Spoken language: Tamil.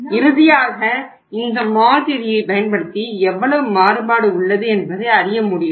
இறுதியாக இந்த மாதிரியைப் பயன்படுத்தி எவ்வளவு மாறுபாடு உள்ளது என்பதை அறிய முடியும்